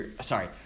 Sorry